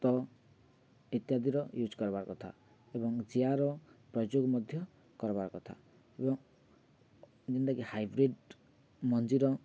ତ ଇତ୍ୟାଦିର ୟୁଜ୍ କର୍ବାର୍ କଥା ଏବଂ ଜିଆର ପ୍ରୟୋଗ ମଧ୍ୟ କରବାର୍ କଥା ଏବଂ ଯେନ୍ତାକି ହାଇବ୍ରିଡ଼ ମଞ୍ଜିର